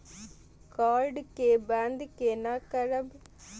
Card के बन्द केना करब?